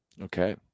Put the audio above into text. Okay